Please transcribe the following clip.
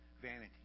vanity